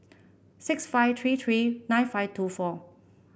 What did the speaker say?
six five three three nine five two four